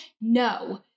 no